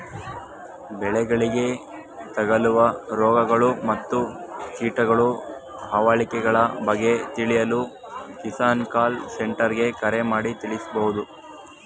ಬೆಳೆಗಳಿಗೆ ತಗಲುವ ರೋಗಗಳು ಮತ್ತು ಕೀಟಗಳ ಹಾವಳಿಗಳ ಬಗ್ಗೆ ತಿಳಿಯಲು ಕಿಸಾನ್ ಕಾಲ್ ಸೆಂಟರ್ಗೆ ಕರೆ ಮಾಡಿ ತಿಳಿಬೋದು